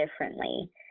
differently